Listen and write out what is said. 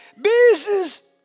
Business